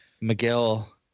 Miguel